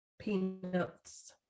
peanuts